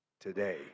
today